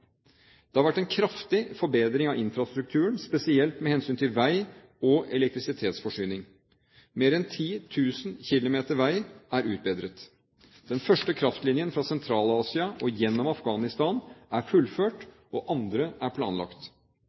Det har vært en kraftig forbedring av infrastrukturen, spesielt med hensyn til vei og elektrisitetsforsyning. Men enn 10 000 km vei et utbedret. Den første kraftlinjen fra Sentral-Asia og gjennom Afghanistan er fullført, og andre er planlagt.